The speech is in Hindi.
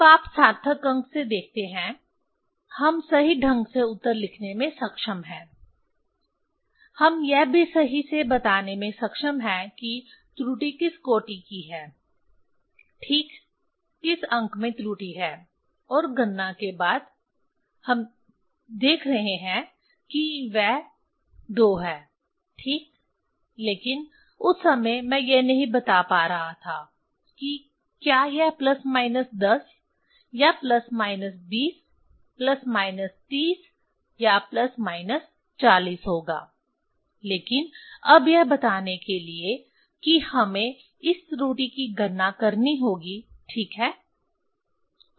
अब आप सार्थक अंक से देखते हैं हम सही ढंग से उत्तर लिखने में सक्षम हैं हम यह भी सही से बताने में सक्षम हैं कि त्रुटि किस कोटि की है ठीक किस अंक में त्रुटि है और गणना के बाद हम देख रहे हैं कि वह 2 है ठीक लेकिन उस समय मैं यह नहीं बता पा रहा था कि क्या यह प्लस माइनस 10 या प्लस माइनस 20 प्लस माइनस 30 या प्लस माइनस 40 होगा लेकिन अब यह बताने के लिए कि हमें इस त्रुटि की गणना करनी होगी ठीक है